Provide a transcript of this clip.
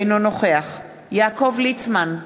אינו נוכח יעקב ליצמן,